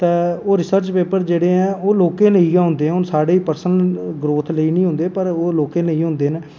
ते ओह् research paper जेह्ड़े ओह् लोकें लेई गै होंदे हून साढ़ी पर्सनल ग्रोथ लेई निं होंदे पर ओह् लोकें लेई होंदे न